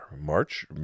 march